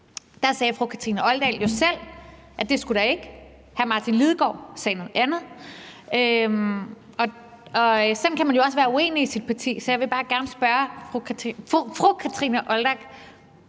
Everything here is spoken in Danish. Der sagde fru Kathrine Olldag jo selv, at det skulle der ikke, hr. Martin Lidegaard sagde noget andet, og sådan kan man jo også være uenige i sit parti. Så jeg vil bare gerne spørge fru Kathrine Olldag: